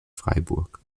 freiburg